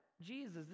Jesus